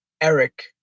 Eric